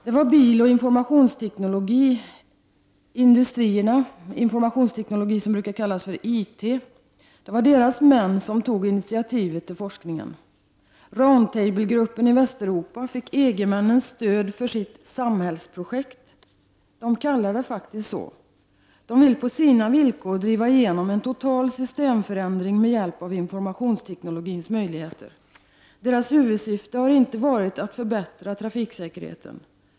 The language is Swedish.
Det var biloch informationsteknologi, dvs. IT, och dess män som tog initiativ till forskningen. Round Table-gruppen i Västeuropa fick EG-männens stöd för sitt ”samhällsprojekt”. De kallar det faktiskt så. De vill på sina egna villkor driva igenom en total systemförändring, med hjälp av informationsteknologin. Deras huvudsyfte har inte varit att förbättra trafiksäkerheten.